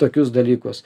tokius dalykus